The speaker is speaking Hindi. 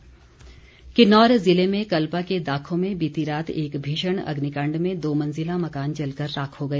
आग किन्नौर ज़िले में कल्पा के दाखो में बीती रात एक भीषण अग्निकाण्ड में दो मंज़िला मकान जलकर राख हो गया